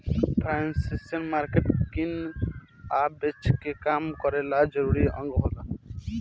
financial market किने आ बेचे के काम करे वाला जरूरी अंग होला